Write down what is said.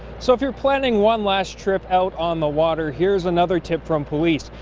so if you're planning one last trip out on the water, here's another tip from police,